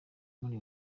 muri